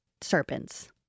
serpents